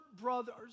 brother's